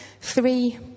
Three